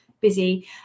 busy